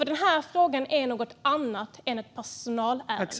Den här frågan är nämligen något annat än ett personalärende.